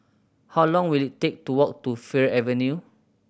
how long will it take to walk to Fir Avenue